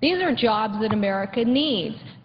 these are jobs that america